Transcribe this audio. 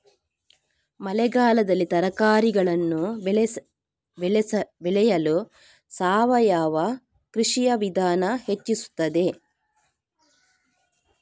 ಮಳೆಗಾಲದಲ್ಲಿ ತರಕಾರಿಗಳನ್ನು ಬೆಳೆಯಲು ಸಾವಯವ ಕೃಷಿಯ ವಿಧಾನ ಹೆಚ್ಚಿಸುತ್ತದೆ?